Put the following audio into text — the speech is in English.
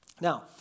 Now